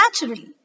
naturally